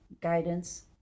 guidance